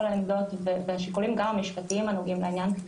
העמדות והשיקולים גם המשפטיים הנוגעים לעניין,